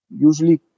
usually